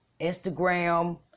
Instagram